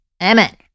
amen